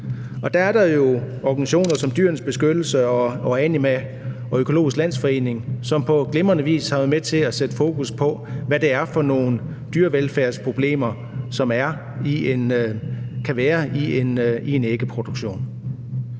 Dér er der jo organisationer som Dyrenes Beskyttelse, Anima og Økologisk Landsforening, som på glimrende vis har været med til at sætte fokus på, hvad det er for nogen dyrevelfærdsproblemer, der kan være i forbindelse